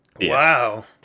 Wow